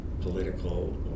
political